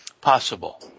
possible